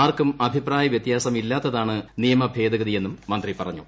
ആർക്കും അഭിപ്രായ വൃത്യാസമില്ലാത്തതാണ് നിയമ ഭേദഗതിയെന്നും മന്ത്രി പറഞ്ഞു